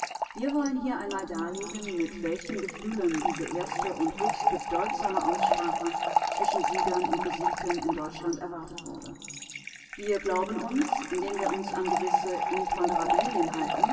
wir wollen hier einmal darlegen mit welchen gefühlen diese erste und höchst bedeutsame aussprache zwischen siegern und besiegten in deutschland erwartet wurde wir glauben uns indem wir uns an gewisse imponderabilien